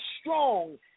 strong